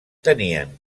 tenien